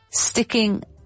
sticking